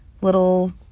little